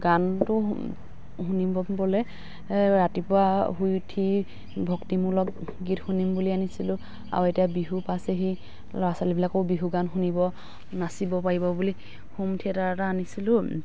গানটো শুনিবলৈ ৰাতিপুৱা শুই উঠি ভক্তিমূলক গীত শুনিম বুলি আনিছিলোঁ আৰু এতিয়া বিহু পাইছেহি ল'ৰা ছোৱালীবিলাকেও বিহু গান শুনিব নাচিব পাৰিব বুলি হোম থিয়েটাৰ এটা আনিছিলোঁ